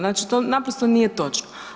Znači to naprosto nije točno.